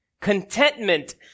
Contentment